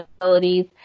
abilities